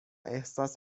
احساس